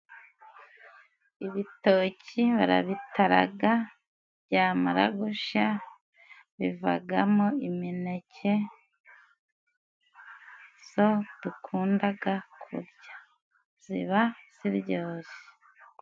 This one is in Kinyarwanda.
Ibitoki barabitara, byamara gushya bivamo imineke, niyo dukunda kurya, iba iryoshye.